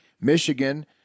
Michigan